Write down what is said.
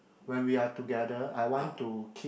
when we are together I want to keep